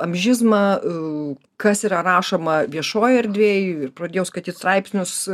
amžizmą kas yra rašoma viešoj erdvėj ir pradėjau skaityt straipsnius